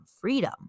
freedom